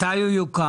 מתי הוא יוקם?